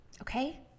okay